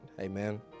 amen